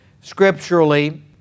scripturally